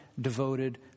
devoted